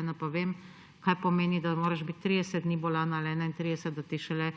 in vem, kaj pomeni, da moraš biti 30 dni bolan ali 31, da ti šele